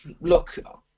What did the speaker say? Look